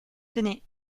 tenez